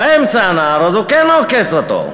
באמצע הנהר הוא כן עוקץ אותו,